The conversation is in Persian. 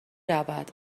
رود